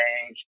Thank